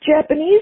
Japanese